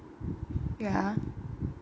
ya